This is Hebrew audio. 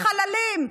בחללים.